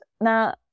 Now